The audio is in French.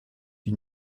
une